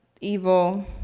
evil